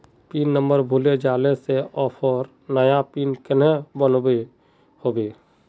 Pin number भूले जाले से ऑफर नया पिन कन्हे बनो होबे?